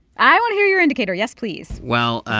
i want to hear your indicator, yes please well,